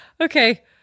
Okay